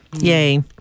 Yay